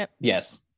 Yes